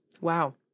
Wow